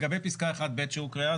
לגבי פסקה 1ב שהוקראה,